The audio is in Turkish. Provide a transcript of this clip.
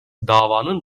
davanın